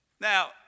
Now